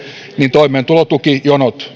toimeentulotukijonot